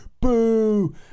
Boo